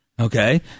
Okay